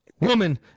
woman